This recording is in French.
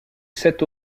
sept